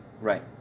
Right